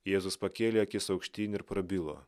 jėzus pakėlė akis aukštyn ir prabilo